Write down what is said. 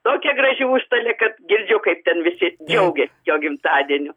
tokia graži užstalė kad girdžiu kaip ten visi džiaugias jo gimtadieniu